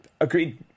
Agreed